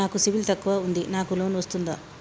నాకు సిబిల్ తక్కువ ఉంది నాకు లోన్ వస్తుందా?